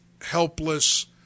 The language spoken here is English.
helpless